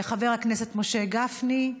חבר הכנסת משה גפני.